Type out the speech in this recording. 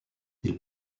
ils